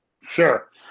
Sure